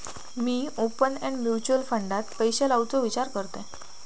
मी open end mutual फंडात पैशे लावुचो विचार करतंय